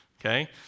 okay